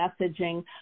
messaging